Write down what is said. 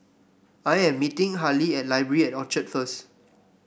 I am meeting Hali at Library at Orchard first